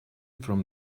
from